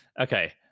okay